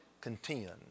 contend